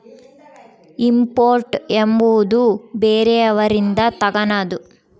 import ಎಂಬುವುದು ಬೇರೆಯವರಿಂದ ತಗನದು